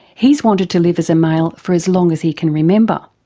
he's wanted to live as a male for as long as he can remember.